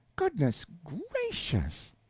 good-ness gracious!